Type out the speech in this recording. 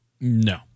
No